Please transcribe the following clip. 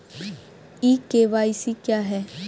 ई KYC क्या है?